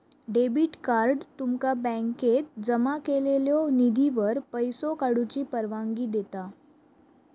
debit card तुमका बँकेत जमा केलेल्यो निधीवर पैसो काढूची परवानगी देता